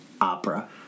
opera